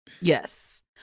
Yes